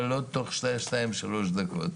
אבל לא תוך שתיים שלוש דקות.